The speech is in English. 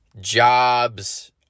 jobs